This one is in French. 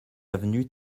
avenue